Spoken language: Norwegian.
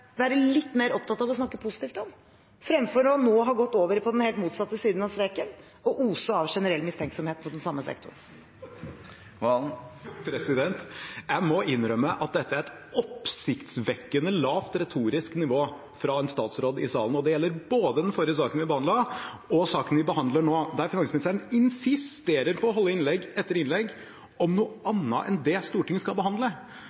være litt mer opptatt av å snakke positivt om, fremfor nå å ha gått over på den helt motsatte siden av streken og ose av generell mistenksomhet mot den samme sektoren. Jeg må innrømme at dette er et oppsiktsvekkende lavt retorisk nivå fra en statsråd i salen. Det gjelder både den forrige saken vi behandlet, og saken vi behandler nå, der finansministeren insisterer på å holde innlegg etter innlegg om noe annet enn det Stortinget skal behandle.